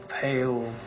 pale